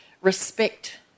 respect